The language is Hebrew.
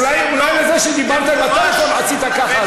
אולי לזה שדיברת בטלפון עשית ככה,